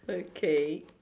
okay